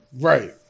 Right